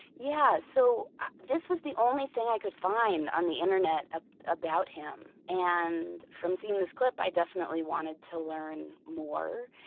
yeah. so this was the only thing i could find on the internet ah about him. and from seeing this clip, i definitely wanted to learn more,